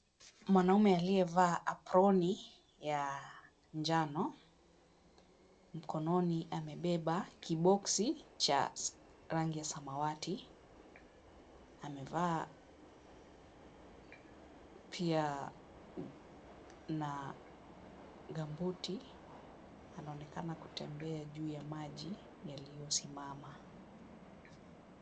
Mwanaume aliyevaa aproni ya njano, mkononi amebeba kiboksi cha rangi ya samawati, amevaa pia na gambuti, anaonekana kutembea juu ya maji yaliyosimama.